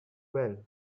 well